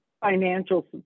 financial